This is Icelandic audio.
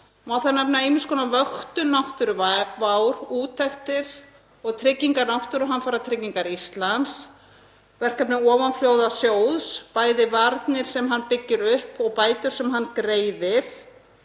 Má þar nefna ýmiss konar vöktun náttúruvár, úttektir og tryggingar Náttúruhamfaratryggingar Íslands, verkefni ofanflóðasjóðs, bæði varnir sem hann byggir upp og bætur sem hann greiðir